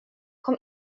kom